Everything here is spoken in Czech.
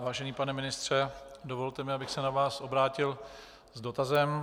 Vážený pane ministře, dovolte mi, abych se na vás obrátil s dotazem.